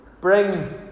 Bring